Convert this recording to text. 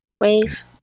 Wave